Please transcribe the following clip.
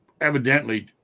evidently